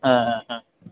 হ্যাঁ হ্যাঁ হ্যাঁ